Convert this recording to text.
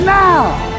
now